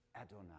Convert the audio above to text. Adonai